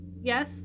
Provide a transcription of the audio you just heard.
yes